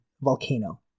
volcano